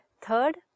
Third